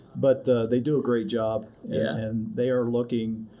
but they do a great job, and they are looking,